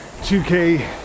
2k